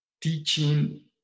teaching